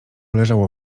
leżało